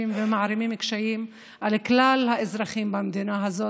ומערימים קשיים על כלל האזרחים במדינה הזאת,